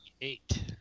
Eight